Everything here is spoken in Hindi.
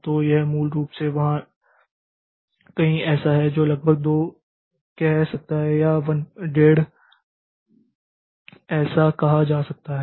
तो यह मूल रूप से यहाँ कहीं ऐसा है जो लगभग 2 कह सकता है या 15 ऐसा कहा जा सकता है